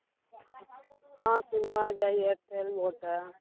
হ্যাঁ সিম পাওয়া যায় এয়ারটেল ভোডা